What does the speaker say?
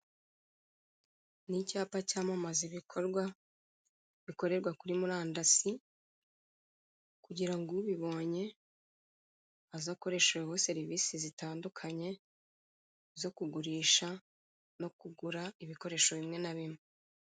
Ni icyapa cyamamaza ibikorwa kuri murandasi, kugira ngo ubibonye aze akoresheho serivisi zitandukanye, zo kugurisha no kugura ibikoresho bimwe na bimwe.